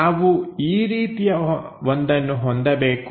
ನಾವು ಈ ರೀತಿಯ ಒಂದನ್ನು ಹೊಂದಬೇಕು